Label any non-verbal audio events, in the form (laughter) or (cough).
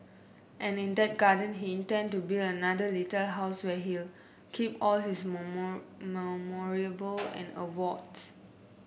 and in that garden he intend to build another little house where he'll keep all his (unintelligible) and awards